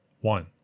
One